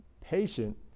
patient